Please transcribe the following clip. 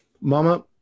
Mama